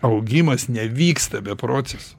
augimas nevyksta be proceso